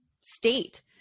state